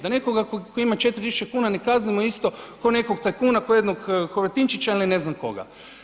Da nekoga tko ima 4 tisuće kuna, ne kaznimo isto kao nekog tajkuna, kao jednog Horvatinčića ili ne znam koga.